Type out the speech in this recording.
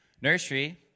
Nursery